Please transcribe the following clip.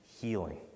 healing